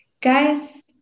Guys